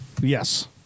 Yes